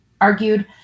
argued